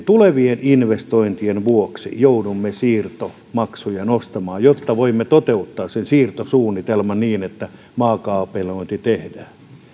tulevien investointien vuoksi joudumme siirtomaksuja nostamaan jotta voimme toteuttaa siirtosuunnitelman niin että maakaapelointi tehdään